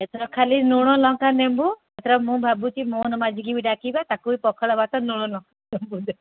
ଏଥର ଖାଲି ଲୁଣ ଲଙ୍କା ଲେମ୍ବୁ ଏଥର ମୁଁ ଭାବୁଛି ମୋହନ ମାଝି କୁ ବି ଡାକିବା ତାକୁ ବି ପଖାଳ ଭାତ ଲୁଣ ଲଙ୍କା ଦେବି